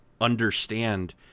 understand